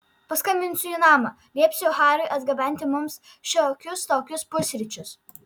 paskambinsiu į namą liepsiu hariui atgabenti mums šiokius tokius pusryčius